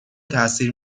تاثیر